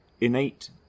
innate